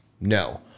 no